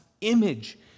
image